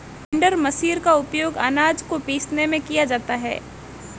grinder machine का उपयोग आनाज को पीसने में किया जाता है